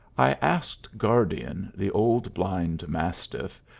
i asked guardian, the old blind mastiff,